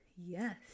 Yes